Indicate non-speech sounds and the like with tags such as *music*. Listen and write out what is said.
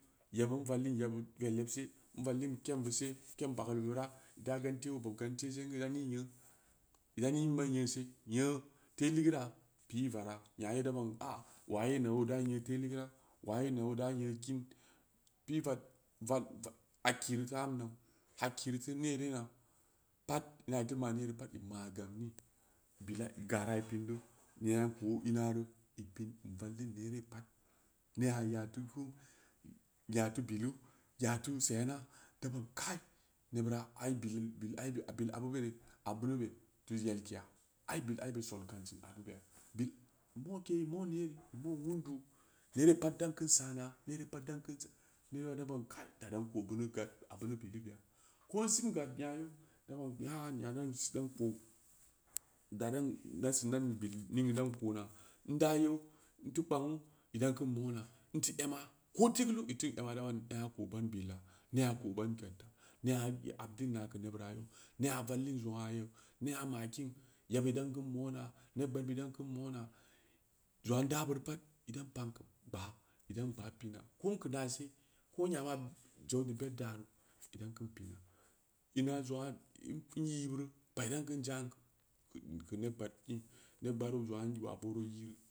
Ya beun vallin yeb bud velyebse in vallin keeum bent se keeum bagabe bura ida gante wu'u i bob gante sen geu ida ni nyeun *noise* ida ining ma nyeun se nyeu teh hgeura pi vall nya yen ida ban a-a wa'a ye ne dao nyen teh hgeura wa'a ye neoda nyeu kin pi vat val-vad hakiri teu an nau hakiri teu nere na pat ina iteu manyeri pat ima gam ni bila gara i pindu nena in kou'imaru i pin in vallin nere pat ne'a ya teu ku-ya teu bilu-ya teu sena da ban kai nebura aibilu-bilaibe bi abuberi abeuni be teu yelkeya ai bil aibe son kanci abu beya bit moke monye boo wundu nere pat dan keun sana nere pat dan *hesitation* nere pat da ban kai da dan koo beuni gad abuni bilu beya ko in sim gad nya yeu da ban *unintelligible* da. Tda sin bil ning dan kona ida yeu in teu kpang'uu tdan keun mona in teu ema ko tigulu iteu ena idaban ne'a koo ban billa ne'a koo ban gadda ne'a habdinna keu nebura ne'a vallin zong aa yeu ne'a makin yebud idan mona neb gbaadbud idan kin mona jong aa inda beuri pat indan pan keu gbaa idan gbaa pina ko'in keu na so ko yama jaudi bed dandu idan kin pina ina jong'aa *hesitation* in yi buru pai dan keun jan keu neb gbaad kein neb gbaad be jong'aa waa boro yi banu